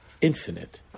infinite